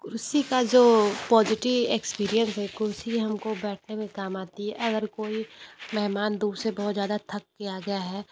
कुर्सी का जो पॉज़िटिव एक्सपीरियंस है कुर्सी हमको बैठने में काम आती है अगर कोई मेहमान दूर से बहुत ज़्यादा थक कर आ गया है